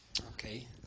Okay